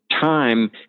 time